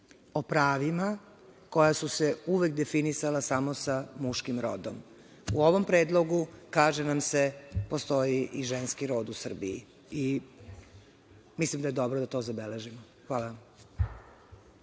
o pravima koja su se uvek definisala samo sa muškim rodom. U ovom predlogu kaže nam se – postoji i ženski rod u Srbiji. Mislim da je dobro da to zabeležimo. Hvala.